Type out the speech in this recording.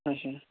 اچھا